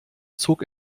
zog